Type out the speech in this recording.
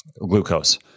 glucose